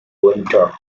winter